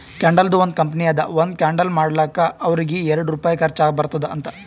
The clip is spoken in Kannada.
ಕ್ಯಾಂಡಲ್ದು ಒಂದ್ ಕಂಪನಿ ಅದಾ ಒಂದ್ ಕ್ಯಾಂಡಲ್ ಮಾಡ್ಲಕ್ ಅವ್ರಿಗ ಎರಡು ರುಪಾಯಿ ಖರ್ಚಾ ಬರ್ತುದ್ ಅಂತ್